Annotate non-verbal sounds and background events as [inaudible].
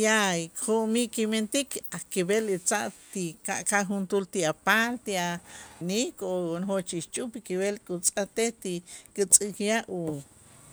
ya jo'mij kimentik a' kib'el itza' ti ka' ka' juntuul ti a' paal ti a' [unintelligible] o nojoch ixch'up kib'el kutz'ajtej ti kutz'äkyaj u